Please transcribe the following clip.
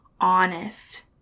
honest